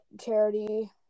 charity